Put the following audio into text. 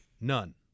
None